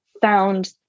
found